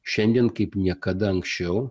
šiandien kaip niekada anksčiau